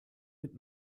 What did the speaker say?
mit